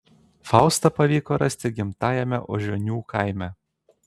faustą pavyko rasti gimtajame ožionių kaime